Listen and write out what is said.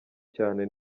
cyane